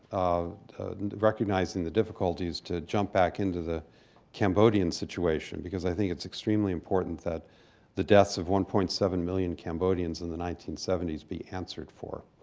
and recognizing the difficulties, to jump back into the cambodian situation, because i think it's extremely important that the deaths of one point seven million cambodians in the nineteen seventy s be answered for